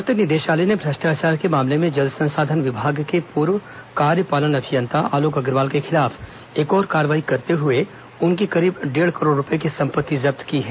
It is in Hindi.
प्रवर्तन निदेशालय ने भ्रष्टाचार के मामले में जल संसाधन विभाग के पूर्व कार्यपालन अभियंता आलोक अग्रवाल के खिलाफ एक और कार्रवाई करते हुए उनकी करीब डेढ़ करोड़ रूपये की संपत्ति जब्त की है